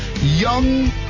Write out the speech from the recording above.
young